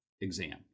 exam